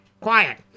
quiet